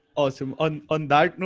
awesome. on and note, and